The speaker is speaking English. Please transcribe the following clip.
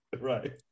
Right